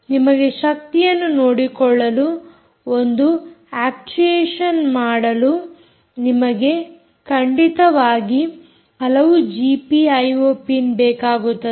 ನಿಮಗೆ ಶಕ್ತಿಯನ್ನು ನೋಡಿಕೊಳ್ಳಲು ಮತ್ತು ಅಕ್ಚುಯೇಶನ್ ಮಾಡಲು ನಿಮಗೆ ಖಂಡಿತವಾಗಿ ಹಲವು ಜಿಪಿಐಓ ಪಿನ್ ಬೇಕಾಗುತ್ತದೆ